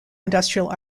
industrial